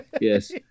Yes